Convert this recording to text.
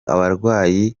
abarwayi